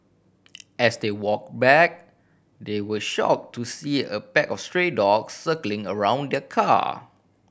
as they walk back they were shock to see a pack of stray dogs circling around their car